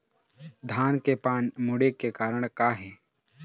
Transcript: धान के पान मुड़े के कारण का हे?